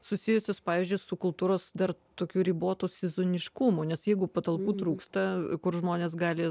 susijusius pavyzdžius su kultūros dar tokiu ribotu sezoniškumu nes jeigu patalpų trūksta kur žmonės gali